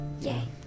Yay